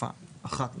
תקופה אחת נוספת.